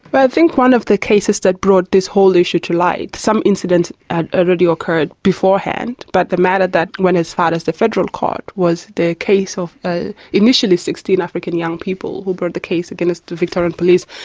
but think one of the cases that brought this whole issue to light, some incident had already occurred beforehand, but the matter that went as far as the federal court was the case of ah initially sixteen african young people who brought the case against the victorian police,